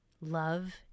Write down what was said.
love